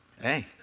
Hey